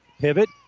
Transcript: pivot